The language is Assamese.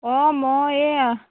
অঁ মই এইয়া